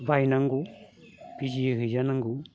बायनांगौ बिजि हैजानांगौ